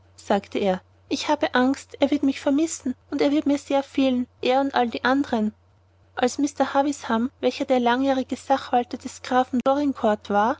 sagte er ich habe angst er wird mich vermissen und er wird mir sehr fehlen er und all die andern als mr havisham welcher der langjährige sachwalter des grafen dorincourt war